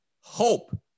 hope